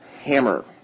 hammer